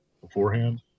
beforehand